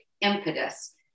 impetus